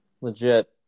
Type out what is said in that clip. legit –